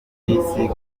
guverineri